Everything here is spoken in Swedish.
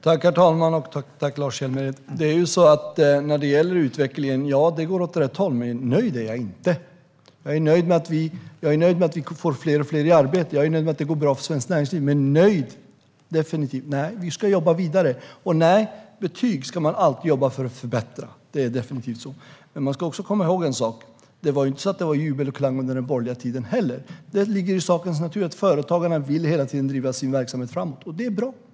Herr talman! Utvecklingen går åt rätt håll, Lars Hjälmered, men nöjd är jag inte. Jag är nöjd med att vi får fler och fler i arbete. Jag är nöjd med att det går bra för svenskt näringsliv. Men vi ska jobba vidare. Och betyg ska man alltid jobba för att förbättra. Det är definitivt så. Men man ska också komma ihåg en sak. Det var inte jubel och klang under den borgerliga tiden heller. Det ligger i sakens natur att företagarna hela tiden vill driva sin verksamhet framåt. Det är bra.